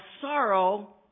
sorrow